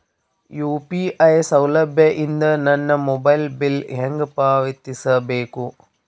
UPI ಸೌಲಭ್ಯ ಇಂದ ನನ್ನ ಮೊಬೈಲ್ ಬಿಲ್ ಹೆಂಗ್ ಪಾವತಿಸ ಬೇಕು?